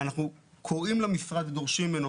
אנחנו קוראים למשרד ודורשים ממנו,